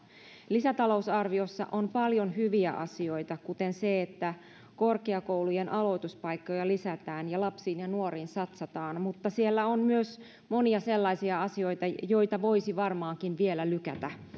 lisätalousarviossa on paljon hyviä asioita kuten se että korkeakoulujen aloituspaikkoja lisätään ja lapsiin ja nuoriin satsataan mutta siellä on myös monia sellaisia asioita joita voisi varmaankin vielä lykätä